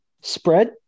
spread